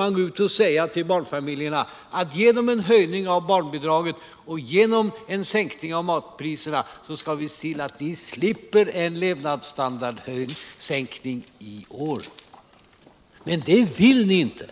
och går ut och säger till barnfamiljerna: Genom en höjning av barnbidraget och genom en sänkning av matpriserna skall vi se till att ni slipper en levnadsstandardsänkning i år. Men det vill ni inte.